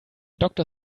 doctor